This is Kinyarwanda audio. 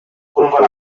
kuko